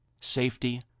safety